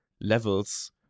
levels